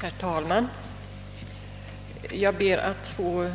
Herr talman! Jag ber att till